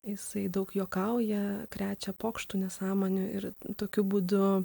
jisai daug juokauja krečia pokštų nesąmonių ir tokiu būdu